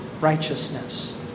Righteousness